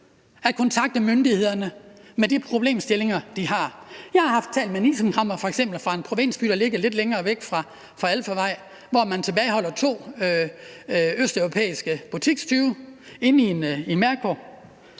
at kontakte myndighederne med de problemstillinger, de har. Jeg har f.eks. talt med en isenkræmmer fra en provinsby, der ligger lidt længere væk fra alfarvej, hvor man i en Imerco tilbageholder to østeuropæiske butikstyve. Man ringer